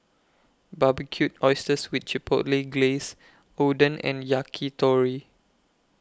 Barbecued Oysters with Chipotle Glaze Oden and Yakitori